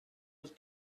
was